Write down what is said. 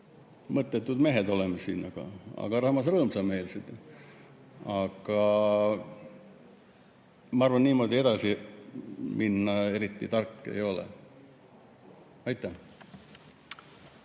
Mõttetud mehed oleme siin, samas rõõmsameelsed. Aga ma arvan, et niimoodi edasi minna eriti tark ei ole. Aitäh!